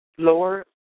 lower